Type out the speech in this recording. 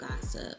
gossip